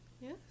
yes